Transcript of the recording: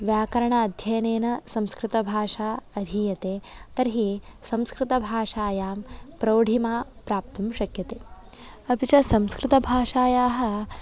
व्यकरणाध्ययनेन संस्कृतभाषा अधीयते तर्हि संस्कृतभाषायां प्रौढीमा प्राप्तुं शक्यते अपि च संस्कृतभाषायाः